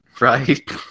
right